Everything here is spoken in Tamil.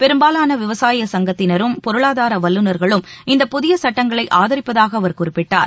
பெரும்பாலான விவசாய சங்கத்தினரும் பொருளாதார வல்லுனர்களும் இந்த புதிய சட்டங்களை ஆதரிப்பதாக அவர் குறிப்பிட்டார்